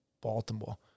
Baltimore